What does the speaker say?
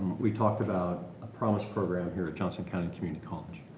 we talked about a promise program here at johnson county community college,